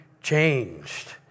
changed